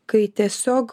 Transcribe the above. kai tiesiog